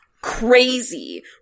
crazy